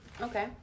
Okay